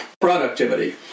productivity